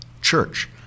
Church